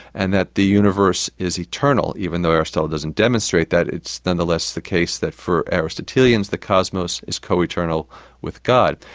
and that the universe is eternal', even though aristotle doesn't demonstrate it, it's nonetheless the case that for aristotelians the cosmos is co-eternal with god.